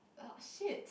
uh shit